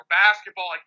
basketball